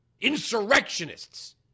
insurrectionists